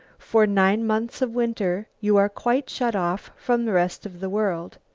for nine months of winter you are quite shut off from the rest of the world.